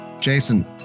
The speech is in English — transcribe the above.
Jason